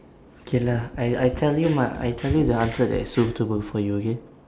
okay lah I I tell you my I tell you the answer that is suitable for you okay